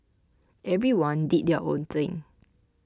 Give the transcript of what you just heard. everyone did their own thing